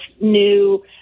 new